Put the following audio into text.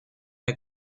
der